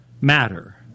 Matter